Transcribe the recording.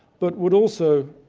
but would also,